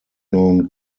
known